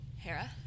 Hera